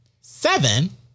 Seven